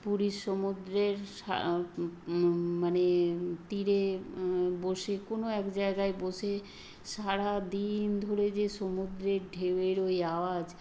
পুরীর সমুদ্রের মানে তীরে বসে কোনও এক জায়গায় বসে সারাদিন ধরে যে সমুদ্রের ঢেউয়ের ওই আওয়াজ